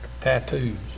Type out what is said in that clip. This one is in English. tattoos